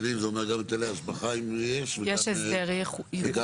היטלים זה גם היטלי השבחה אם יש, וגם